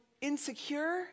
insecure